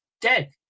dead